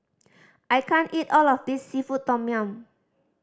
I can't eat all of this seafood tom yum